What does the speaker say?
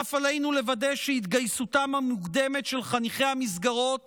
בנוסף עלינו לוודא שהתגייסותם המוקדמת של חניכי המסגרות